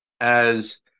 as-